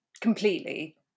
completely